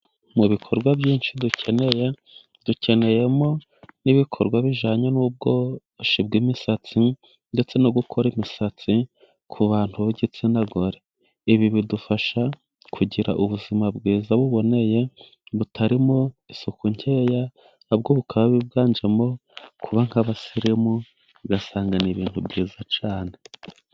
Mu bikorwa byinshi dukeneye ,dukeneyemo n'ibikorwa bijyanye n'ubwogoshi bw'imisatsi, ndetse no gukora imisatsi ku bantu b'igitsina gore ,ibi bidufasha kugira ubuzima bwiza buboneye butarimo isuku nkeya ,na bwo bukaba bwiganjemo kuba nk'abasirimu, ugasanga ni ibintu byiza cyane.